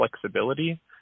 flexibility